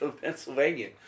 Pennsylvania